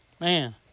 Man